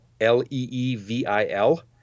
l-e-e-v-i-l